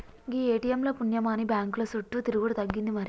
గీ ATM ల పుణ్యమాని బాంకుల సుట్టు తిరుగుడు తగ్గింది మరి